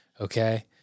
Okay